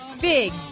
big